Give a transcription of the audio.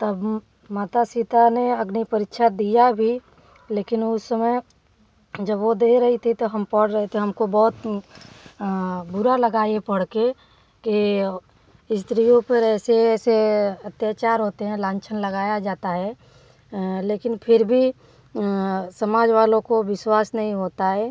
तब माता सीता ने अग्नि परीक्षा दिया भी लेकिन उस समय जब वो दे रही थीं तो हम पढ़ रहे थे हमको बहुत बुरा लगा ये पढ़के के स्त्रियों पर ऐसे ऐसे अत्याचार होते हैं लांछन लगाया जाता है लेकिन फिर भी समाज वालों को विश्वास नहीं होता है